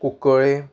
Cuncolim